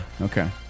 Okay